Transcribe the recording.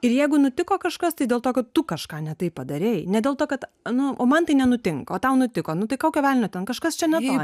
ir jeigu nutiko kažkas tai dėl to kad tu kažką ne taip padarei ne dėl to kad nu o man tai nenutinka o tau nutiko nu tai kokio velnio ten kažkas čia ne to